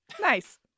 Nice